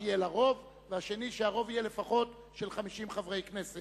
קבוצת בל"ד וקבוצת מרצ מציעות הסתייגות שלפיה הסעיף יימחק.